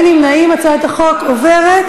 ההצעה להעביר את הצעת חוק איסור